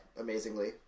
amazingly